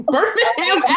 Birmingham